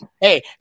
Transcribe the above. Hey